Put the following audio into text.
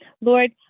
Lord